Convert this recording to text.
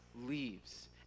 leaves